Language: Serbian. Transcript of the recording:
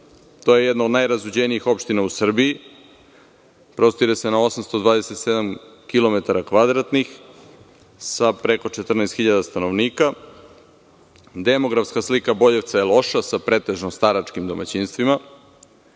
to je jedna od najrazuđenijih opština u Srbiji, prostire se na 827 kilometara kvadratnih sa preko 14 hiljada stanovnika. Demografska slika Boljevca je loša sa pretežno staračkim domaćinstvima,